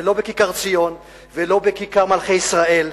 זה לא בכיכר-ציון ולא בכיכר מלכי-ישראל,